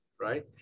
right